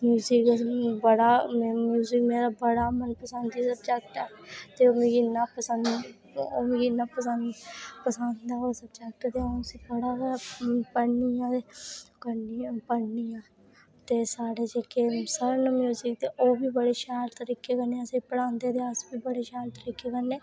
music मेरा मतलव बड़ा पसंदी दा स्वजैक्ट ऐ ते ओह् मिगी इन्ना पसंद ओह् स्वजैक्ट ते अऊं उसी पढ़ां पढ़नी आं ते कन्नै पढ़नी आं चते जेह्के् साढ़े सर न म्युजिक ते ते ओह् बी बड़े तरीके कन्नै असेंगी पढ़ांदे ते अस बी बड़े शैल तरीके कन्नै